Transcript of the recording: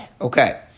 Okay